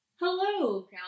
Hello